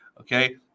Okay